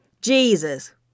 Jesus